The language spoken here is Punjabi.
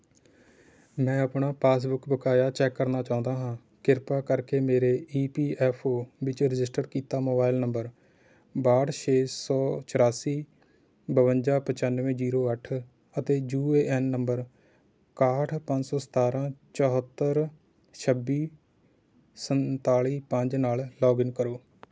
ਮੈਂ ਆਪਣਾ ਪਾਸਬੁੱਕ ਬਕਾਇਆ ਚੈੱਕ ਕਰਨਾ ਚਾਹੁੰਦਾ ਹਾਂ ਕਿਰਪਾ ਕਰਕੇ ਮੇਰੇ ਈ ਪੀ ਐੱਫ ਓ ਵਿੱਚ ਰਜਿਸਟਰ ਕੀਤਾ ਮੋਬਾਇਲ ਨੰਬਰ ਬਾਹਠ ਛੇ ਸੌ ਚੁਰਾਸੀ ਬਵੰਜਾ ਪਚਾਨਵੇਂ ਜੀਰੋ ਅੱਠ ਅਤੇ ਯੂ ਏ ਐੱਨ ਨੰਬਰ ਇਕਾਹਠ ਪੰਜ ਸੌ ਸਤਾਰ੍ਹਾਂ ਚੌਹੱਤਰ ਛੱਬੀ ਸੰਤਾਲ਼ੀ ਪੰਜ ਨਾਲ ਲੌਗਇਨ ਕਰੋ